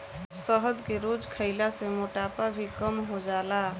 शहद के रोज खइला से मोटापा भी कम हो जाला